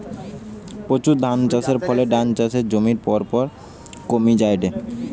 প্রচুর ধানচাষের ফলে ডাল চাষের জমি পরপর কমি জায়ঠে